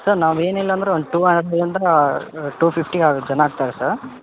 sir ನಾವು ಏನಿಲ್ಲ ಅಂದರೂ ಒಂದು ಟು ಅಂಡ್ರೆಡ್ಯಿಂದ ಟು ಫಿಫ್ಟಿ ಆಗತ್ತೆ ಜನ ಆಗ್ತಾರೆ ಸರ್